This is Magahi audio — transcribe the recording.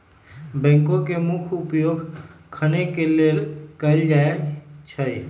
बैकहो के मुख्य उपयोग खने के लेल कयल जाइ छइ